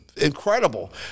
incredible